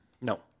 No